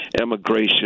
immigration